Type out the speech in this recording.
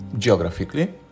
Geographically